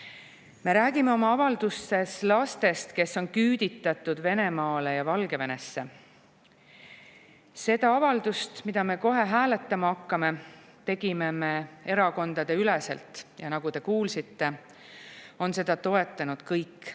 Me räägime oma avalduses lastest, kes on küüditatud Venemaale ja Valgevenesse. Selle avalduse, mida me kohe hääletama hakkame, tegime me erakondadeüleselt, ja nagu te kuulsite, on seda toetanud kõikide